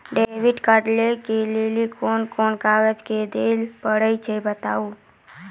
Credit card लै के लेली कोने कोने कागज दे लेली पड़त बताबू?